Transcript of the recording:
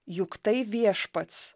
juk tai viešpats